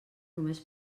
només